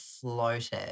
floated